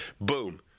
boom